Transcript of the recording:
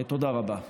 תודה רבה.